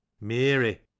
Mary